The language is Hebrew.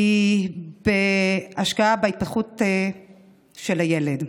היא השקעה בהתפתחות של הילד,